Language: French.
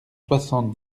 soixante